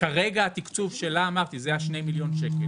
כרגע התקצוב שלה הוא 2 מיליון שקל.